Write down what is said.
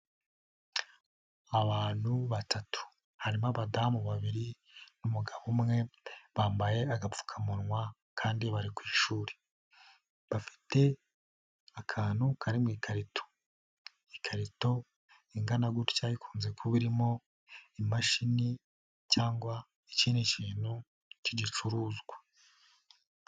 Abantu batatu harimo: abadamu babiri n'umugabo umwe, bampaye agapfukamunwa kandi bari ku ishuri. Bafite akantu kari mu ikarito, ikarito ingana gutya ikunze kuba irimo imashini cyangwa ikindi kintu k'igicuruzwa.